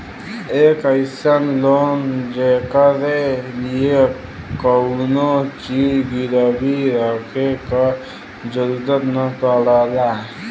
एक अइसन लोन जेकरे लिए कउनो चीज गिरवी रखे क जरुरत न पड़ला